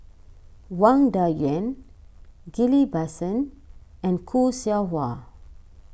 Wang Dayuan Ghillie Basan and Khoo Seow Hwa